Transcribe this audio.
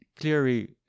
clearly